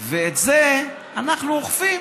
ואת זה אנחנו אוכפים.